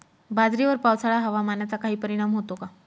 बाजरीवर पावसाळा हवामानाचा काही परिणाम होतो का?